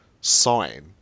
sign